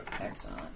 Excellent